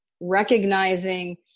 recognizing